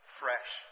fresh